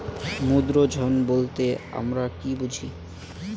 ক্ষুদ্র ঋণ বলতে আমরা কি বুঝি?